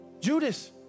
Judas